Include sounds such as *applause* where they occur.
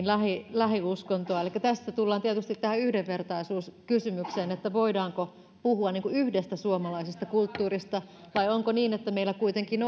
lähiuskontoa elikkä tästä tullaan tietysti tähän yhdenvertaisuuskysymykseen voidaanko puhua yhdestä suomalaisesta kulttuurista vai onko niin että meillä kuitenkin *unintelligible*